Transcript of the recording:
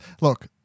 look